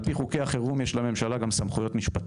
על פי חוקי החירום יש לממשלה גם סמכויות משפטיות.